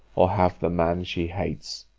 or have the man she hates.